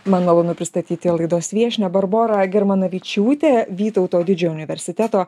man malonu pristatyti laidos viešnią barborą germanavičiūtė vytauto didžiojo universiteto